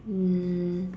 um